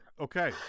okay